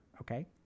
okay